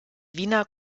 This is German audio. wiener